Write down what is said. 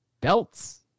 belts